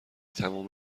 تموم